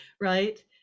right